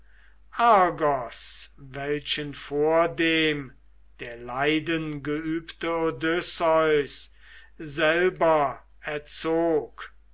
argos welchen vordem der leidengeübte odysseus selber erzog